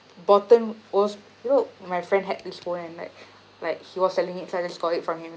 bottom was you know my friend had this go and like like he was selling it insiders got it for him